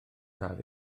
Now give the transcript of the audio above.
cael